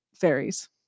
fairies